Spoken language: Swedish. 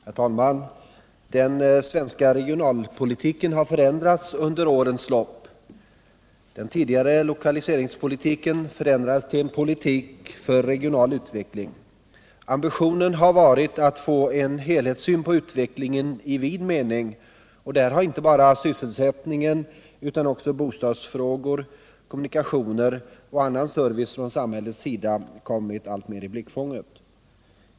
Herr talman! Den svenska regionalpolitiken har förändrats under årens lopp. Den tidigare lokaliseringspolitiken förändrades till en politik för regional utveckling. Ambitionen har varit att få en helhetssyn på utvecklingen i vid mening, och där har inte bara sysselsättningen utan också bostadsfrågor, kommunikationer och annan service från samhällets sida kommit alltmer i blickfånget.